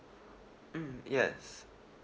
mm yes